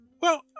Well